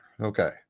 Okay